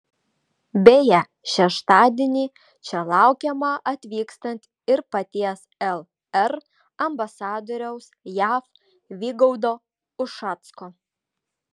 beje šeštadienį čia laukiamą atvykstant ir paties lr ambasadoriaus jav vygaudo ušacko